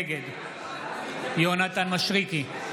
נגד יונתן מישרקי,